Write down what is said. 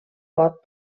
vot